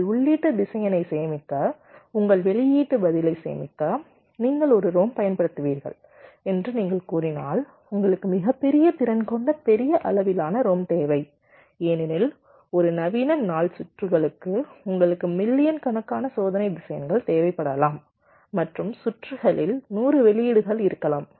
உங்கள் உள்ளீட்டு திசையனை சேமிக்க உங்கள் வெளியீட்டு பதிலை சேமிக்க நீங்கள் ஒரு ரோம் பயன்படுத்துவீர்கள் என்று நீங்கள் கூறினால் உங்களுக்கு மிகப் பெரிய திறன் கொண்ட பெரிய அளவிலான ரோம் தேவை ஏனெனில் ஒரு நவீன நாள் சுற்றுகளுக்கு உங்களுக்கு மில்லியன் கணக்கான சோதனை திசையன்கள் தேவை படலாம் மற்றும் சுற்றுகளில் 100 வெளியீடுகள் இருக்கலாம்